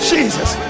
Jesus